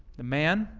the man